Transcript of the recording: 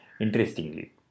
Interestingly